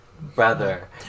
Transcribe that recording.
Brother